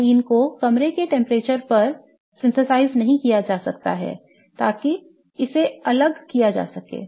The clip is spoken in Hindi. Cyclobutadiene को कमरे के तापमान पर संश्लेषित नहीं किया जा सकता है ताकि इसे अलग किया जा सके